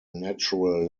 natural